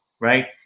right